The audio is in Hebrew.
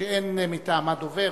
שאין מטעמה דובר,